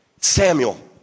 Samuel